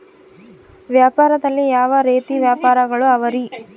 ವ್ಯಾಪಾರದಲ್ಲಿ ಯಾವ ರೇತಿ ವ್ಯಾಪಾರಗಳು ಅವರಿ?